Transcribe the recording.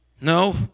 No